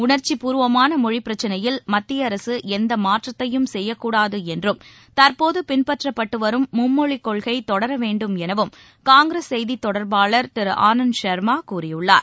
உணர்ச்சிப்பூர்வமானமொழிப் பிரச்னையில் மத்தியஅரகஎந்தமாற்றத்தையும் செய்யக்கூடாதுஎன்றும் தற்போதுபின்பற்றப்பட்டுவரும் மும்மொழிக் கொள்கைதொடரவேண்டும் எனவும் காங்கிரஸ் செய்தித் தொடர்பாளர் திருஆனந்த் ஷர்மாகூறியுள்ளார்